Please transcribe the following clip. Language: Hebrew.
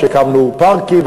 כשהקמנו פארקים,